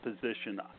position